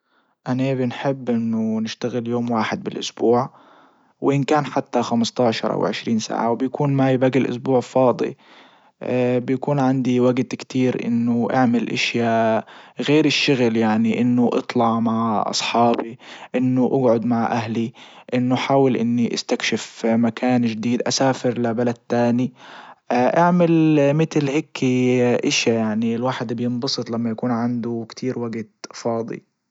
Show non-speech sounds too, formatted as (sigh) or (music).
اني بنحب انه نشتغل يوم واحد بالاسبوع. وان كان حتى خمسة عشر او عشرين ساعة وبكون معي باجي الاسبوع فاضي (hesitation) بكون عندي وجت كتير انه اعمل اشيا غير الشغل يعني انه اطلع مع اصحابي انه اجعد مع اهلي انه حاول انه استكشف مكان جديد اسافر لبلد تاني (hesitation) اعمل متل هيكي اشيا يعني الواحد بينبسط لما يكون عنده كتير وجت فاضي.